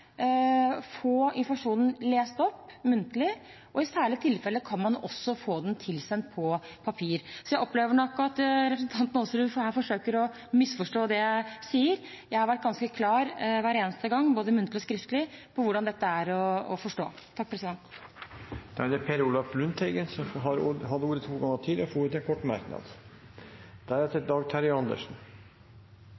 også få den tilsendt på papir. Jeg opplever nok at representanten Aasrud her forsøker å misforstå det jeg sier. Jeg har vært ganske klar hver eneste gang, både muntlig og skriftlig, på hvordan dette er å forstå. Representanten Per Olaf Lundteigen har hatt ordet to ganger tidligere og får ordet til en kort merknad,